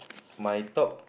my top